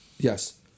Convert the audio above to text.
Yes